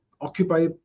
occupy